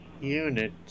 unit